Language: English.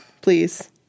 please